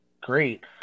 great